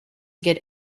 get